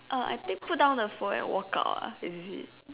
uh I think put down the phone and walk out ah is it